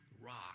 rock